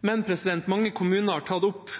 Men mange kommuner har tatt opp